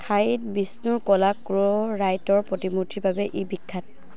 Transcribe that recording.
শায়িত বিষ্ণুৰ ক'লা ক্ল'ৰাইটৰ প্ৰতিমূৰ্তিৰ বাবে ই বিখ্যাত